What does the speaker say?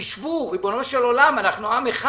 תשבו, אנחנו עם אחד.